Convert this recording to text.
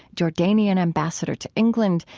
jordanian ambassador to england,